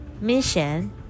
Mission